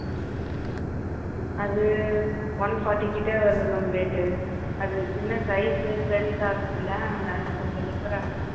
ம் அது ஒன் ஃபாட்டிக்கிட்ட வருது மேம் ரேட்டு அது சின்ன சைஸு பெரிசா இருந்ததில்லை அந்த அது கொஞ்சம் டிஃபராகும்